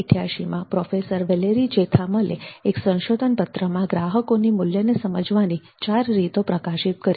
1988મા professor Valerie ઝેથામલે એક સંશોધન પત્ર માં ગ્રાહકોની મૂલ્યને સમજવાની ચાર રીતો પ્રકાશિત કરી